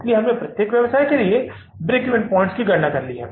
इसलिए हमने प्रत्येक व्यवसाय के लिए ब्रेक इवन पॉइंट्स की गणना की है